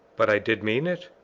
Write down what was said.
but i did mean it?